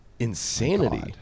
insanity